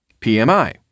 PMI